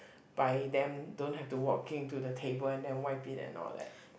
by them don't have to walking to the table and then wipe it and all that